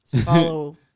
Follow